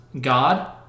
God